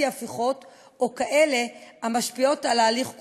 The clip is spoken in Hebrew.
הפיכות או כאלה המשפיעות על ההליך כולו.